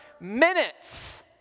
minutes